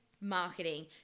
marketing